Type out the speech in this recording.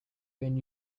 when